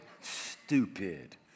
stupid